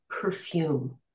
perfume